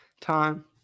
time